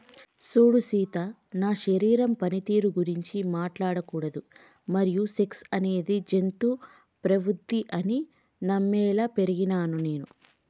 సూడు సీత నా శరీరం పనితీరు గురించి మాట్లాడకూడదు మరియు సెక్స్ అనేది జంతు ప్రవుద్ది అని నమ్మేలా పెరిగినాను నేను